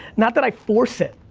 not that i force it,